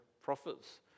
prophets